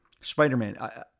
Spider-Man